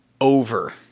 over